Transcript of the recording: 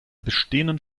bestehenden